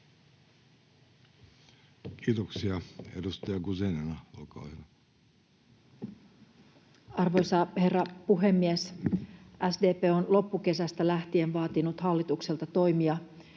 Kiitoksia. — Edustaja Guzenina, olkaa hyvä. Arvoisa herra puhemies! SDP on loppukesästä lähtien vaatinut hallitukselta toimia